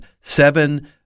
seven